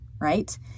right